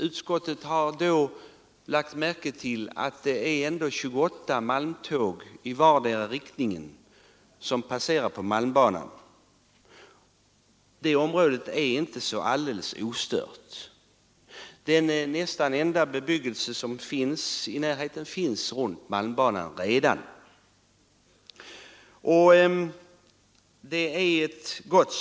Utskottet har lagt märke till att 28 malmtåg i vardera riktningen passerar på malmbanan. Området är således inte alldeles orört. Den nästan enda bebyggelse som redan finns där är belägen i närheten av malm banan.